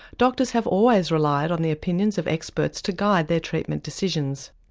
doctors have always relied on the opinions of experts to guide their treatment decisions.